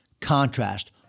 contrast